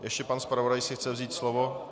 Ještě pan zpravodaj si chce vzít slovo.